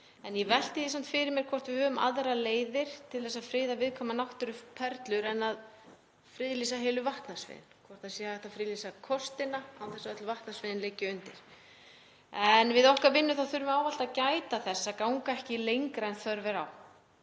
En ég velti því samt fyrir mér hvort við höfum aðrar leiðir til þess að friða viðkvæmar náttúruperlur en að friðlýsa heilu vatnasviðin, hvort það sé hægt að friðlýsa kostina án þess að öll vatnasviðin liggi undir, en að við okkar vinnu þurfi ávallt að gæta þess að ganga ekki lengra en þörf er á.